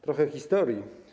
Trochę historii.